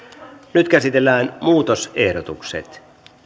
nyt käsitellään muutosehdotukset